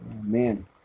man